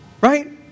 right